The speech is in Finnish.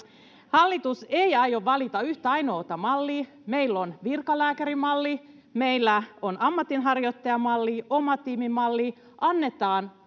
Hallitus ei aio valita yhtä ainoata mallia. Meillä on virkalääkärimalli, meillä on ammatinharjoittajamalli ja omatiimimalli.